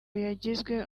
yagizwe